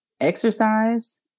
exercise